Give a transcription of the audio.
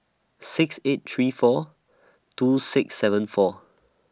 six eight three four two six seven four